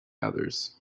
others